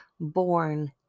born